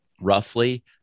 roughly